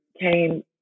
came